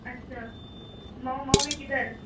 اچھا مئو مئو میں کِدھر